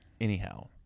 Anyhow